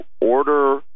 order